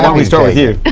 and we start with you?